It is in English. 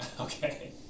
Okay